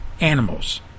animals